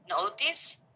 notice